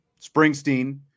Springsteen